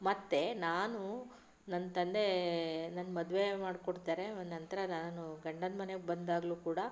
ಮತ್ತು ನಾನು ನನ್ನ ತಂದೆ ನನ್ನ ಮದುವೆ ಮಾಡಿಕೊಡ್ತಾರೆ ನಂತರ ನಾನು ಗಂಡನ ಮನೆಗೆ ಬಂದಾಗಲೂ ಕೂಡ